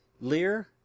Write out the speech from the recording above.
Lear